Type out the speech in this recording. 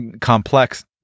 Complex